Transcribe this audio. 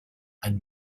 and